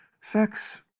sex